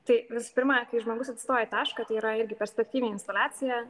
tai visų pirma kai žmogus atsistoja į tašką tai yra irgi perspektyvinė instaliacija